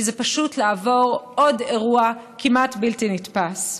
כי זה פשוט לעבור עוד אירוע כמעט בלתי נתפס.